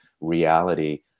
reality